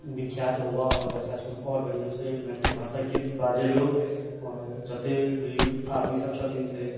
विख्यात होबऽ आओर बच्चा सब आओर बढ़िऑं से मैथिल भाषा के बाजे लोग आओ र जते भी आदमी सब छथिन से